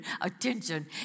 attention